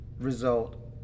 result